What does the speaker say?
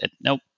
Nope